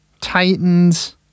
Titans